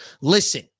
Listen